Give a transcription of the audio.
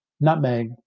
Nutmeg